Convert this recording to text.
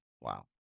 Wow